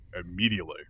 immediately